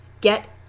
Get